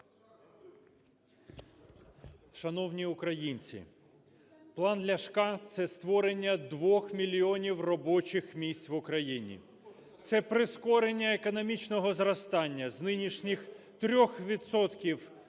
Шановні українці! План Ляшка – це створення 2 мільйонів робочих місць в Україні. Це прискорення економічного зростання з нинішніх 3